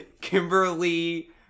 Kimberly